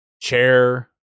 chair